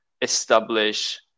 establish